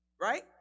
right